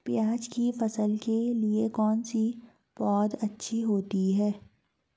प्याज़ की फसल के लिए कौनसी पौद अच्छी होती है?